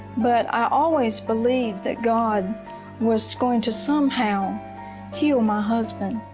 but i always believed that god was going to somehow heal my husband.